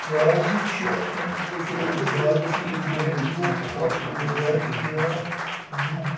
کیٛازِ چھِ اَمہِ کیٛو باقٕے بریٚنٛڈو کھۄتہٕ واریاہ درٛۅگ